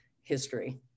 history